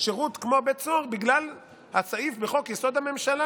שירות כמו בית סוהר בגלל הסעיף בחוק-יסוד: הממשלה,